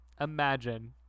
imagine